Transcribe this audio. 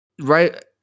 Right